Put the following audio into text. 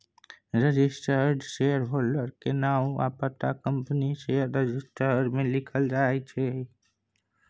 registered shareholder केर नाओ आ पता कंपनीक शेयर रजिस्टर मे लिखल जाइ छै